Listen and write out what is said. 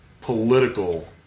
political